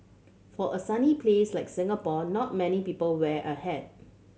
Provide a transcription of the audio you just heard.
for a sunny place like Singapore not many people wear a hat